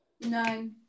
No